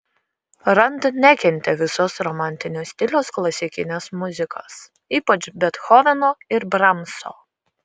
rand nekentė visos romantinio stiliaus klasikinės muzikos ypač bethoveno ir bramso